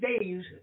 days